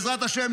בעזרת השם,